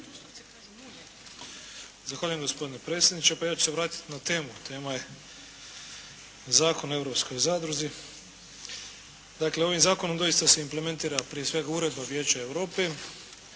Zahvaljujem gospodine predsjedniče. Pa ja ću se vratiti na temu. Tema je Zakon o europskoj zadruzi. Dakle, ovim zakonom doista se implementira prije svega uredba Vijeća Europe